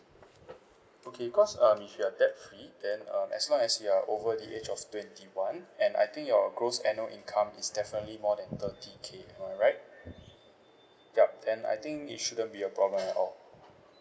okay cause um if you are debt free then um as long as you are over the age of twenty one and I think your gross annual income is definitely more than thirty K am I right yup then I think it shouldn't be a problem at all